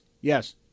yes